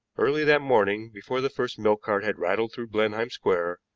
early that morning, before the first milk-cart had rattled through blenheim square,